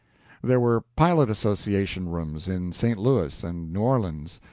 there were pilot-association rooms in st. louis and new orleans,